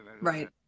Right